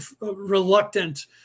reluctant